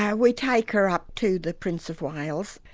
yeah we take her up to the prince of wales,